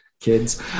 Kids